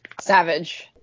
Savage